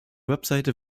webseite